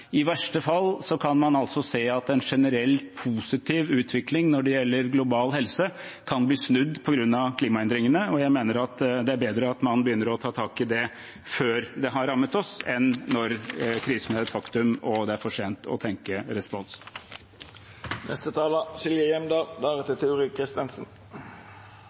I verste fall kan man altså se at en generelt positiv utvikling når det gjelder global helse, kan bli snudd på grunn av klimaendringene, og jeg mener det er bedre at man begynner å ta tak i det før det har rammet oss, enn når krisen er et faktum og det er for sent å tenke